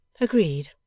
Agreed